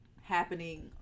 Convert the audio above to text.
happening